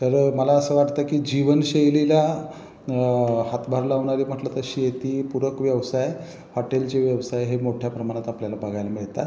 तर मला असं वाटतं की जीवनशैलीला हातभार लावणारे म्हटलं तशी पूरक व्यवसाय हॉटेलचे व्यवसाय हे मोठ्या प्रमाणात आपल्याला बघायला मिळतात